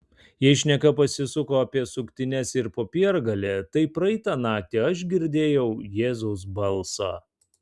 jei šneka pasisuko apie suktines ir popiergalį tai praeitą naktį aš girdėjau jėzaus balsą